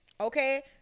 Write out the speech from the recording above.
Okay